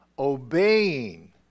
Obeying